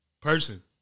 person